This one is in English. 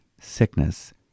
sickness